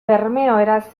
bermeoeraz